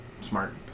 Smart